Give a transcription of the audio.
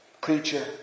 preacher